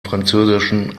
französischen